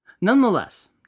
Nonetheless